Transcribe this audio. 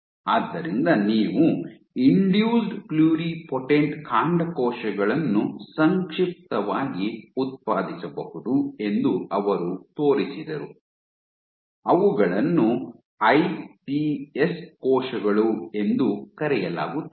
ಆದ್ದರಿಂದ ನೀವು induced pluripotent ಕಾಂಡಕೋಶಗಳನ್ನು ಸಂಕ್ಷಿಪ್ತವಾಗಿ ಉತ್ಪಾದಿಸಬಹುದು ಎಂದು ಅವರು ತೋರಿಸಿದರು ಅವುಗಳನ್ನು ಐಪಿಎಸ್ ಕೋಶಗಳು ಎಂದು ಕರೆಯಲಾಗುತ್ತದೆ